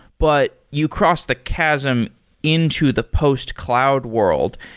but you cross the chasm into the post-cloud world.